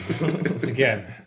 again